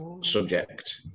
subject